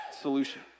solution